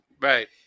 Right